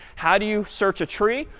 how do you search a tree?